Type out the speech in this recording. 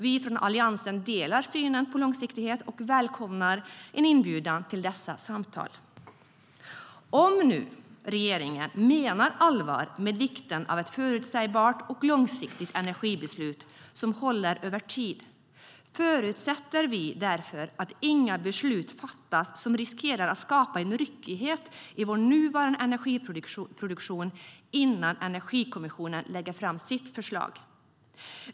Vi från Alliansen delar synen på långsiktighet och välkomnar en inbjudan till dessa samtal. Om nu regeringen menar allvar med vikten av ett förutsägbart och långsiktigt energibeslut som håller över tid förutsätter vi därför att inga beslut fattas som riskerar att skapa en ryckighet i vår nuvarande energiproduktion innan energikommissionen lägger fram sitt förslag.